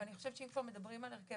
אבל אני חושבת שאם כבר מדברים על הרכב